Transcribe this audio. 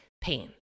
pain